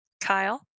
Kyle